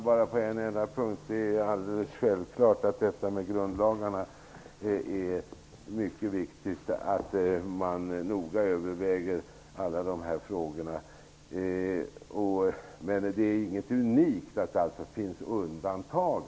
Herr talman! Det är alldeles självklart att det med hänsyn till grundlagarna är mycket viktigt att man noga överväger alla dessa frågor. Men det är inget unikt att det finns undantag.